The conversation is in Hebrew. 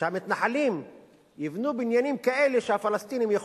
שהמתנחלים יבנו בניינים כאלה שהפלסטינים יהיו